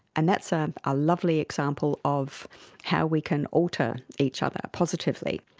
and that's um a lovely example of how we can alter each other positively.